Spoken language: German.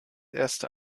erste